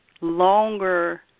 longer